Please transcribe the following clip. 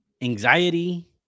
anxiety